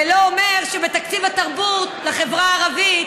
זה לא אומר שבתקציב התרבות לחברה הערבית